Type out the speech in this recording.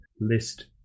list